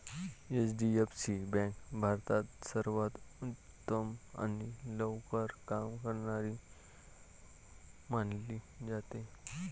HDFC bank भारतात सर्वांत उत्तम आणि लवकर काम करणारी मानली जाते